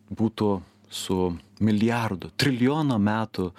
būtų su milijardų trilijono metų